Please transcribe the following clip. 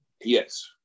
Yes